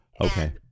Okay